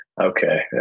Okay